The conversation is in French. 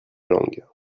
langue